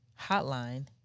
hotline